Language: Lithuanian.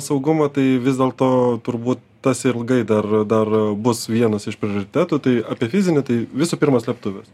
saugumą tai vis dėlto turbūt tas ilgai dar dar bus vienas iš prioritetų tai apie fizinį tai visų pirma slėptuvės